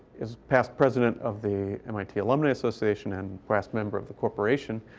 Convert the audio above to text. is past president of the mit alumni association and brass member of the corporation.